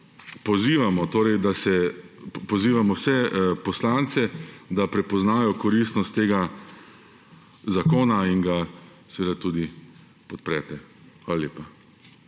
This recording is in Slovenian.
pozivamo vse poslance, da prepoznajo koristnost tega zakona in ga seveda tudi podprejo. Hvala lepa.